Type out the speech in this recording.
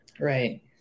Right